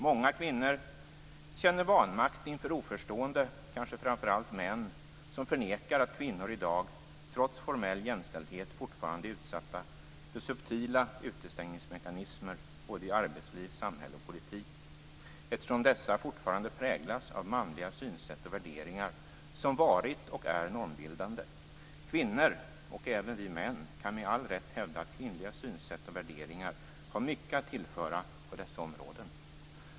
Många kvinnor känner vanmakt inför oförstående - kanske framför allt män - som förnekar att kvinnor i dag, trots formell jämställdhet, fortfarande är utsatta för subtila utestängningsmekanismer såväl i arbetsliv som i samhälle och politik, eftersom dessa fortfarande präglas av manliga synsätt och värderingar, som varit och är normbildande. Kvinnor - och även vi män - kan med all rätt hävda att kvinnliga synsätt och värderingar har mycket att tillföra på dessa områden.